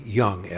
young